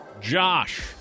Josh